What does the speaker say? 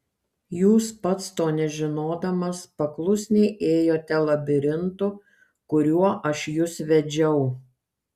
jūs pats to nežinodamas paklusniai ėjote labirintu kuriuo aš jus vedžiau